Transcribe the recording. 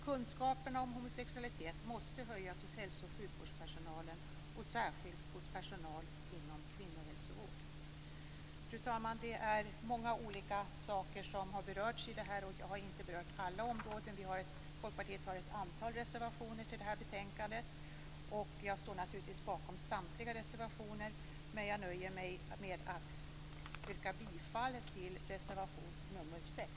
Kunskaperna om homosexualitet måste höjas hos hälso och sjukvårdspersonalen, och särskilt hos personalen inom kvinnohälsovården. Fru talman! Det är många olika saker som har berörts i det här betänkandet. Jag har inte berört alla områden. Folkpartiet har ett antal reservationer till det här betänkandet. Jag står naturligtvis bakom samtliga reservationer, men jag nöjer mig med att yrka bifall till reservation nr 6.